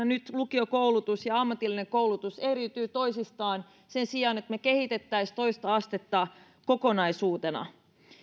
nyt lukiokoulutus ja ammatillinen koulutus eriytyvät toisistaan sen sijaan että me kehittäisimme toista astetta kokonaisuutena